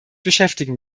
beschäftigen